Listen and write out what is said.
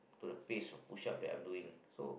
for the pace of push up that I am doing so